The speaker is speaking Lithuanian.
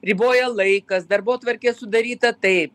riboja laikas darbotvarkė sudaryta taip